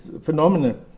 phenomenal